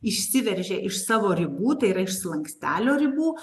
išsiveržia iš savo ribų tai yra iš slankstelio ribų